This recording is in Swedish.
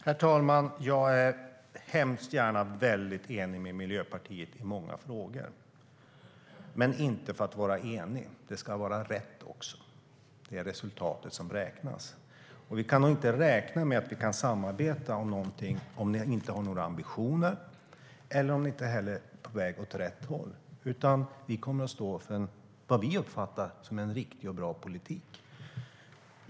Herr ålderspresident! Jag är gärna väldigt enig med Miljöpartiet i många frågor - men inte för att vara enig, utan det ska vara rätt också. Det är resultatet som räknas. Vi kan nog inte räkna med att kunna samarbeta om ni inte har några ambitioner och inte heller är på väg åt rätt håll, utan vi kommer att stå för vad vi uppfattar som en viktig och bra politik.